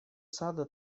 сада